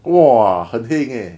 !wah! 很 heng eh